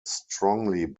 strongly